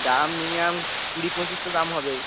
দাম মিনিমাম কুড়ি পঁচিশ তো দাম হবেই